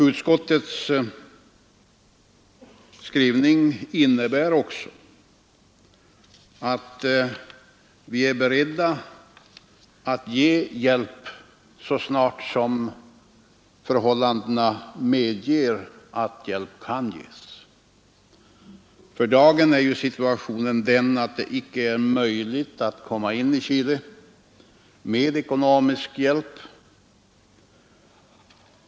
Utskottets skrivning innebär också att vi är beredda att ge hjälp så snart förhållandena medger. För dagen är situationen den att det icke är möjligt att komma in i Chile med ekonomisk hjälp.